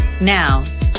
Now